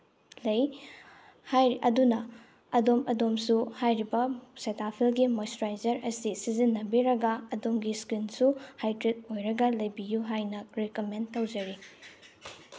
ꯂꯩ ꯍꯥꯏꯔꯤ ꯑꯗꯨꯅ ꯑꯗꯣꯝ ꯑꯗꯣꯝꯁꯨ ꯍꯥꯏꯔꯤꯕ ꯁꯦꯇꯥꯐꯤꯜꯒꯤ ꯃꯣꯏꯆꯨꯔꯥꯏꯖꯔ ꯑꯁꯤ ꯁꯤꯖꯟꯅꯕꯤꯔꯒ ꯑꯗꯣꯝꯒꯤ ꯏꯁꯀꯤꯟꯁꯨ ꯍꯥꯏꯗ꯭ꯔꯦꯠ ꯑꯣꯏꯔꯒ ꯂꯩꯕꯤꯌꯨ ꯍꯥꯏꯅ ꯔꯤꯀꯃꯦꯟ ꯇꯧꯖꯔꯤ